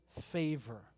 favor